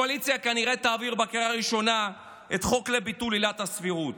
הקואליציה כנראה תעביר בקריאה הראשונה את החוק לביטול עילת הסבירות.